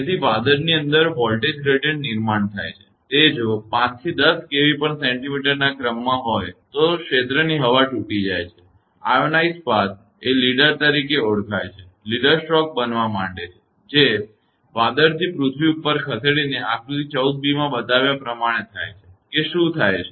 તેથી વાદળની અંદર વોલ્ટેજ ગ્રેડીયંટ નિર્માણ થાય છે તે જો 5 થી 10 𝑘𝑉𝑐𝑚 ના ક્રમમાં હોય તો ક્ષેત્રની હવા તૂટી જાય છે આયનોઇઝ્ડ પાથ એ લીડરઅગ્રણી તરીકે ઓળખાય છે લીડર સ્ટ્રોક બનવા માંડે છે જે વાદળથી પૃથ્વી ઉપર ખસેડીને આકૃતિ 14 b માં બતાવ્યા પ્રમાણે થાય છે કે શું થાય છે